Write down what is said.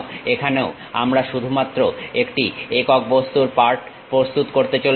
এখানেও আমরা শুধুমাত্র একটি একক বস্তুর পার্ট প্রস্তুত করতে চলেছি